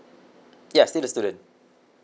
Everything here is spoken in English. ya still a student